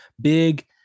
big